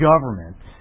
government